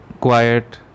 quiet